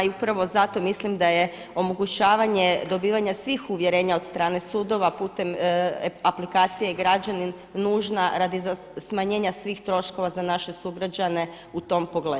I upravo zato mislim da je omogućavanje dobivanja svih uvjerenja od strane sudova putem aplikacije e-Građanin nužna radi smanjenja svih troškova za naše sugrađane u tom pogledu.